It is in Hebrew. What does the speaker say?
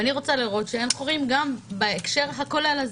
ואני רוצה לראות שאין חורים גם בהקשר הכולל הזה.